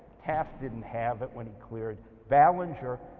taft didn't have it when he cleared ballinger.